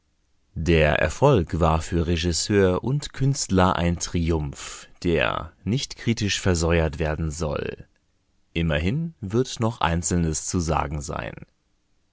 der erfolg war für regisseur und künstler ein triumph der nicht kritisch versäuert werden soll immerhin wird noch einzelnes zu sagen sein